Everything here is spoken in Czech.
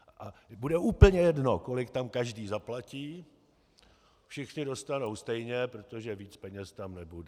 A bude úplně jedno, kolik tam každý zaplatí, všichni dostanou stejně, protože víc peněz tam nebude.